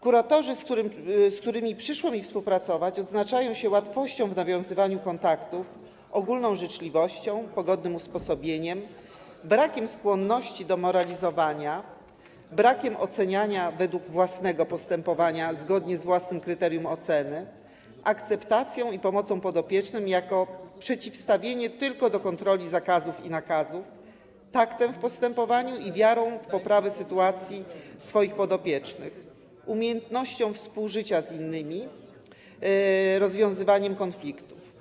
Kuratorzy, z którymi przyszło mi współpracować, odznaczają się łatwością w nawiązywaniu kontaktów, ogólną życzliwością, pogodnym usposobieniem, brakiem skłonności do moralizowania, brakiem oceniania według własnego postępowania, zgodnie z własnym kryterium oceny, akceptacją i pomocą podopiecznym jako przeciwstawieniem tylko kontroli, zakazom i nakazom, taktem w postępowaniu i wiarą w poprawę sytuacji swoich podopiecznych, umiejętnością współżycia z innymi, rozwiązywania konfliktów.